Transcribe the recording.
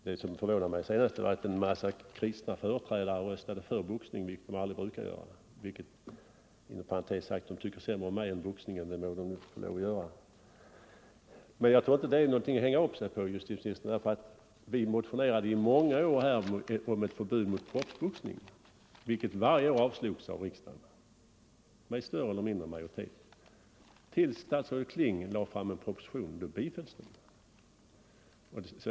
Det som förvånade mig senast var att många kristna företrädare röstade för boxning, vilket de aldrig brukar göra. Det visar inom parentes sagt att de tycker sämre om mig än om boxningen, och det får de väl lov att göra. Men jag tror inte att det är något att hänga upp sig på, herr justitieminister. Vi motionerade i många år om ett förbud mot proffsboxning, vilket varje år avslogs av riksdagen med större eller mindre majoritet, tills statsrådet Kling lade fram en proposition som bifölls.